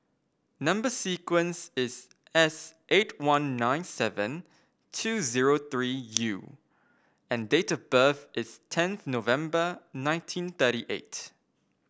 number sequence is S eight one nine seven two zero three U and date of birth is tenth November nineteen thirty eight